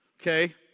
okay